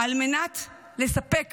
על מנת לספק